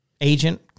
agent